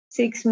six